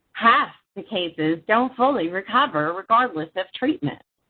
half the cases don't fully recover regardless of treatment.